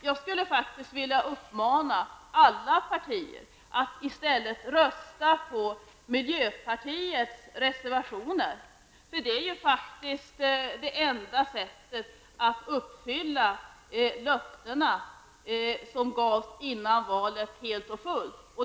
Jag skulle faktiskt vilja uppmana alla partier att rösta på miljöpartiets reservationer. Det är faktiskt det enda sättet att helt och hållet uppfylla de löften som gavs före valet.